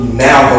now